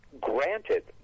Granted